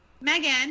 Megan